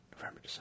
November